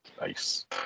Nice